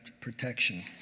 protection